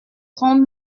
trente